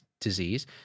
disease